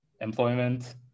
employment